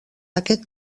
aquest